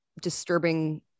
disturbing